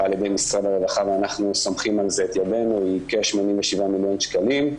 על ידי משרד הרווחה היא כ-87 מיליון שקלים.